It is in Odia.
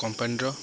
କମ୍ପାନୀର